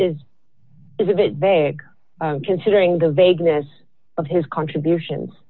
is is a bit vague considering the vagueness of his contributions